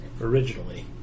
originally